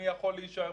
מי יכול להישאר,